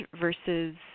versus